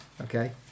Okay